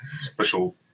special